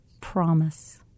promise